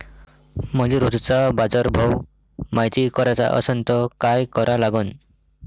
मले रोजचा बाजारभव मायती कराचा असन त काय करा लागन?